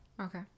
Okay